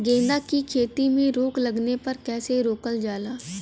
गेंदा की खेती में रोग लगने पर कैसे रोकल जाला?